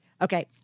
Okay